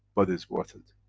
but it's worth it.